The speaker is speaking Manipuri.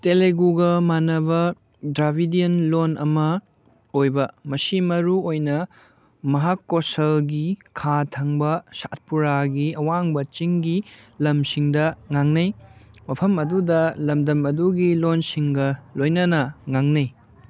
ꯇꯦꯂꯦꯒꯨꯒ ꯃꯥꯟꯅꯕ ꯗ꯭ꯔꯥꯕꯤꯗ꯭ꯌꯥꯟ ꯂꯣꯟ ꯑꯃ ꯑꯣꯏꯕ ꯃꯁꯤ ꯃꯔꯨꯑꯣꯏꯅ ꯃꯍꯥꯀꯣꯁꯜꯒꯤ ꯈꯥ ꯊꯪꯕ ꯁꯠꯄꯨꯔꯥꯒꯤ ꯑꯋꯥꯡꯕ ꯆꯤꯡꯒꯤ ꯂꯝꯁꯤꯡꯗ ꯉꯥꯡꯅꯩ ꯃꯐꯝ ꯑꯗꯨꯗ ꯂꯝꯗꯝ ꯑꯗꯨꯒꯤ ꯂꯣꯟꯁꯤꯡꯒ ꯂꯣꯏꯅꯅ ꯉꯥꯡꯅꯩ